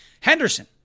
Henderson